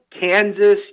Kansas